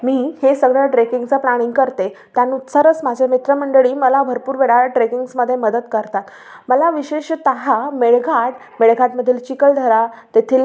मी हे सगळं ट्रेकिंगचं प्लाणिंग करते त्यानुसारच माझे मित्रमंडळी मला भरपूर वेळा ट्रेकिंग्जमध्ये मदत करतात मला विशेषत मेळघाट मेळघाटमधील चिखलदरा तेथील